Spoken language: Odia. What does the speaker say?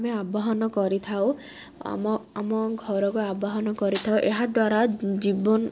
ଆମେ ଆବାହନ କରିଥାଉ ଆମ ଆମ ଘରକୁ ଆବାହନ କରିଥାଉ ଏହାଦ୍ୱାରା ଜୀବନ